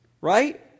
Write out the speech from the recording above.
right